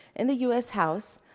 in the u s. house,